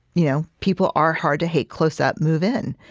you know people are hard to hate close up. move in.